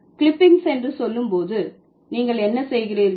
clippings என்று சொல்லும்போது நீங்கள் என்ன செய்கிறீர்கள்